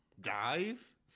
Dive